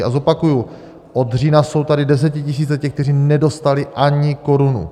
A zopakuji, od října jsou tady desetitisíce těch, kteří nedostali ani korunu!